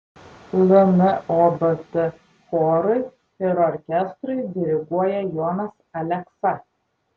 lnobt chorui ir orkestrui diriguoja jonas aleksa